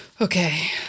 Okay